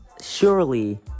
surely